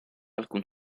alcun